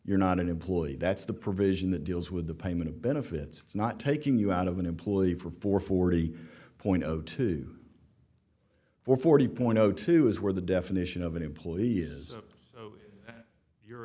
you're not an employee that's the provision that deals with the payment of benefits it's not taking you out of an employee for for forty point of two for forty point zero two is where the definition of an employee is your